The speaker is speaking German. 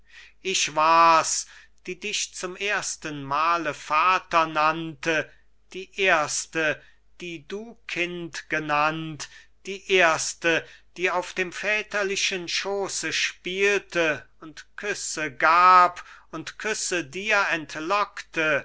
ich war's die dich zum erstenmale vater nannte die erste die du kind genannt die erste die auf dem väterlichen schooße spielte und küsse gab und küsse dir entlockte